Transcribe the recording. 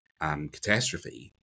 catastrophe